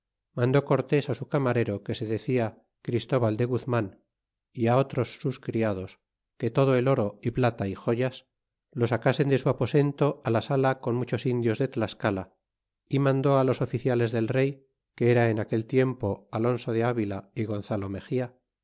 mandó cortés su camarero que se decia christóbal de guzman y otros sus criados que todo el oro y plata y joyas lo sacasen de su aposento á la sala con muchos indios de tlascala y mandó los oficiales del rey que era en aquel tiempo alonso de avila y gonzalo mexia